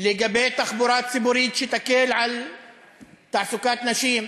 לגבי תחבורה ציבורית שתקל תעסוקת נשים,